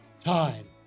time